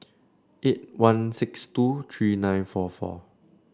eight one six two three nine four four